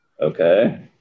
Okay